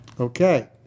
okay